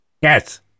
Yes